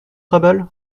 krabal